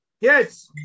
Yes